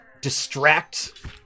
distract